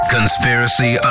Conspiracy